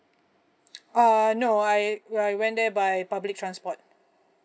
uh no I I went there by public transport